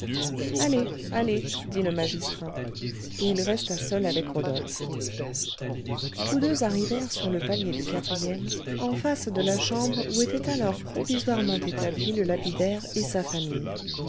allez allez dit le magistrat et il resta seul avec rodolphe tous deux arrivèrent sur le palier du quatrième en face de la chambre où étaient alors provisoirement établis le lapidaire et sa famille